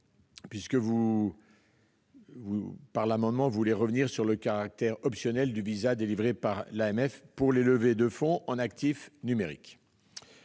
plus tard. Votre amendement tend à revenir sur le caractère optionnel du visa délivré par l'AMF pour les levées de fonds en actifs numériques.